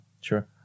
Sure